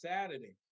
Saturday